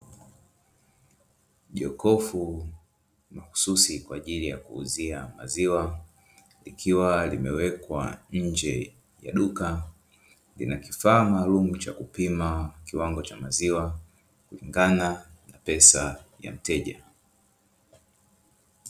Jokofu mahsusi kwa ajili ya kuuzia maziwa, likiwa limewekwa nje ya duka likiwa na kifaa maalumu cha kupima maziwa, kulingana na pesa ya mteja.